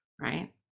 right